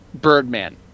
Birdman